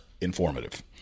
informative